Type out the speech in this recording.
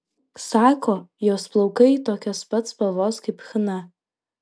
sako jos plaukai tokios pat spalvos kaip chna